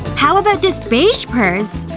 how about this beige purse?